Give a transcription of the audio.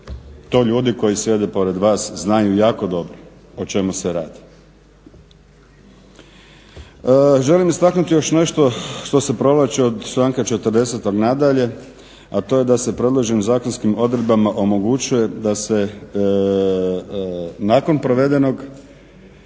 To ljudi koji sjede pored vas znaju jako dobro o čemu se radi. Želim istaknuti još nešto što se provlači od članka 40 nadalje a to je da se predloženim zakonskim odredbama omogućuje da se nakon provedenog